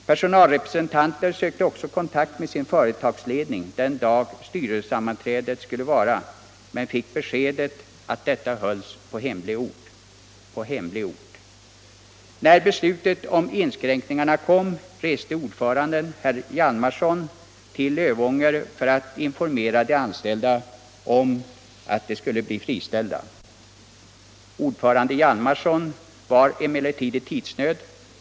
Personalrepresentanter sökte också kontakt med sin företagsledning den dag styrelsesammanträdet skulle äga rum men fick beskedet att detta hölls på hemlig ort. När beslutet om inskränkningarna kom reste ordföranden, herr Hjalmarsson, till Lövånger för att informera de anställda om att de skulle bli friställda. Ordförande Hjalmarsson var emellertid i tidsnöd.